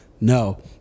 no